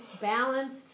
balanced